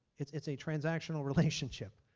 it's it's a transactional relationship.